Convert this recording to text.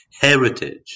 heritage